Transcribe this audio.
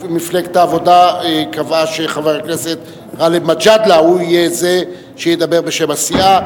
מפלגת העבודה קבעה שחבר הכנסת גאלב מג'אדלה יהיה זה שידבר בשם הסיעה.